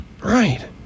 Right